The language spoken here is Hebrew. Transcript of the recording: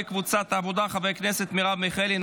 קבוצת סיעת העבודה: חברת הכנסת מרב מיכאלי,